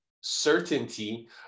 certainty